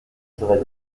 serait